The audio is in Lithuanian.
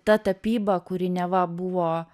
ta tapyba kuri neva buvo